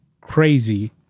crazy